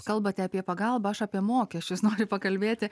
kalbate apie pagalbą aš apie mokesčius noriu pakalbėti